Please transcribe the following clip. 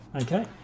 Okay